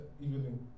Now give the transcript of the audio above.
evening